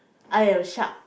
I have a shark